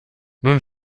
nun